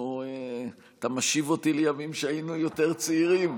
אתה משיב אותי לימים שהיינו יותר צעירים.